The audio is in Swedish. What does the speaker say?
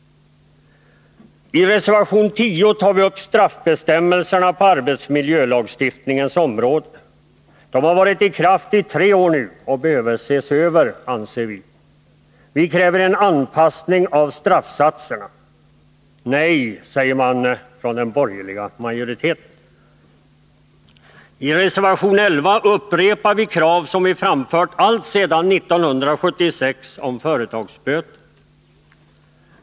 I reservation 10 tar vi upp straffbestämmelserna på arbetsmiljölagstiftningens område. De har varit i kraft tre år nu och behöver ses över, anser vi. Vi kräver en anpassning av straffsatserna. Nej, säger den borgerliga majoriteten. I reservation 11 upprepar vi krav som vi framfört allt sedan 1976 om företagsböter.